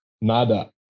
Nada